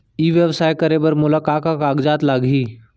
ई व्यवसाय करे बर मोला का का कागजात लागही?